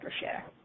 share